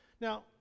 Now